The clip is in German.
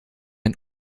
ein